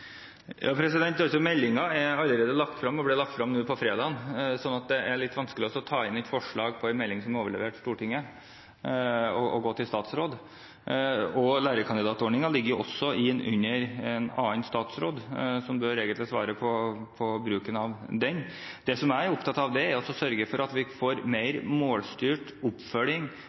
meldinga. Meldingen er allerede lagt frem. Den ble lagt frem nå på fredag, og det er litt vanskelig å ta inn forslag i en melding som allerede er gått til statsråd og overlevert Stortinget. Lærekandidatordningen ligger også under en annen statsråd, som egentlig bør svare på bruken av den. Det jeg er opptatt av, er å sørge for at vi får mer målstyrt oppfølging